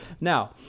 Now